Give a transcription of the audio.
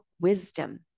wisdom